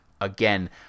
again